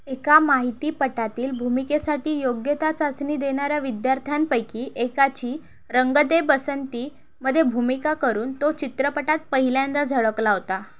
एका माहितीपटातील भूमिकेसाठी योग्यता चाचणी देणाऱ्या विद्यार्थ्यांपैकी एकाची रंग दे बसंती मध्ये भूमिका करून तो चित्रपटात पहिल्यांदा झळकला होता